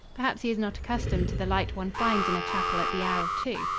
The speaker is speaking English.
perhaps he is not accustomed to the light one finds in a chapel at the hour of two.